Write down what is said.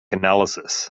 analysis